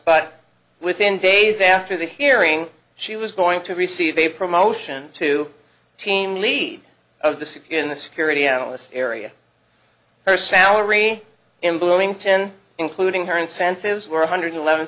but within days after the hearing she was going to receive a promotion to team lead of the sick in the security analyst area her salary in bloomington including her incentives were one hundred eleven